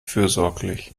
fürsorglich